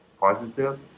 positive